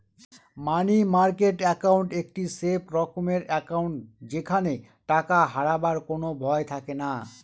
মানি market account একটি safe রকমের account যেখানে টাকা হারাবার কোনো ভয় থাকেনা